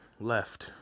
left